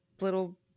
little